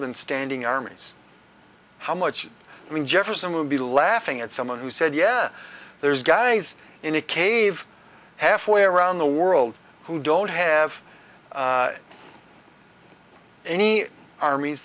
than standing armies how much jefferson would be laughing at someone who said yeah there's guys in a cave halfway around the world who don't have any armies